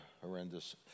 horrendous